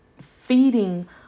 feeding